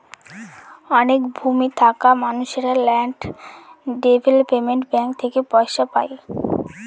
অনেক ভূমি থাকা মানুষেরা ল্যান্ড ডেভেলপমেন্ট ব্যাঙ্ক থেকে পয়সা পায়